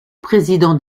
président